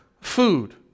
food